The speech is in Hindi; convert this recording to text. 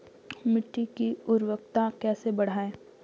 मिट्टी की उर्वरकता कैसे बढ़ायें?